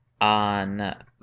on